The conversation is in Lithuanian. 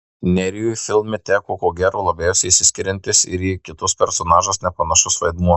nerijui filme teko ko gero labiausiai išsiskiriantis ir į kitus personažus nepanašus vaidmuo